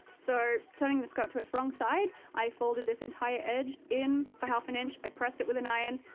so turning the skirt to its wrong side, i folded this entire edge in a half an inch. i pressed it with an iron,